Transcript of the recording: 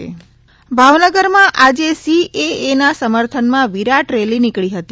Bhavnagar CAA Bhavnagar માં આજે સીએએના સમર્થનમાં વિરાટ રેલી નીકળી હતી